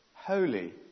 holy